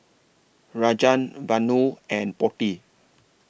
Rajan Vanu and Potti